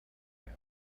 camp